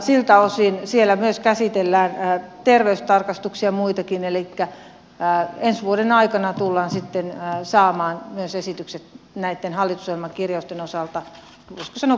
siltä osin siellä myös käsitellään terveystarkastuksia ja muitakin elikkä ensi vuoden aikana tullaan sitten saamaan myös esitykset näitten hallitusohjelman kirjausten osalta sanoo